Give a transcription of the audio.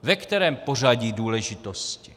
Ve kterém pořadí důležitosti?